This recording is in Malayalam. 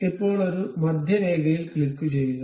ഇപ്പോൾ ഒരു മധ്യരേഖയിൽ ക്ലിക്കുചെയ്യുക